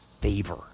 favor